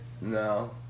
No